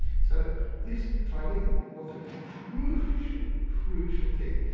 so this trilingual was a crucial, crucial thing.